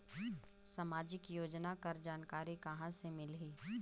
समाजिक योजना कर जानकारी कहाँ से मिलही?